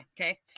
okay